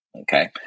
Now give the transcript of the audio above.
okay